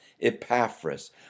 Epaphras